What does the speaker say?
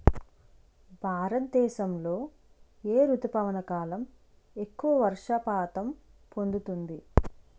భారతదేశంలో ఏ రుతుపవన కాలం ఎక్కువ వర్షపాతం పొందుతుంది?